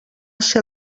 ser